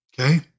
Okay